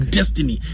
Destiny